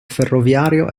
ferroviario